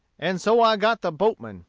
and so i got the boatmen,